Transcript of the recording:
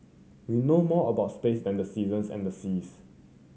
we know more about space than the seasons and the seas